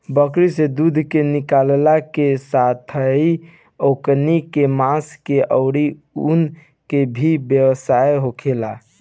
बकरी से दूध के निकालला के साथेही ओकनी के मांस के आउर ऊन के भी व्यवसाय होखेला